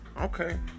Okay